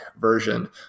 version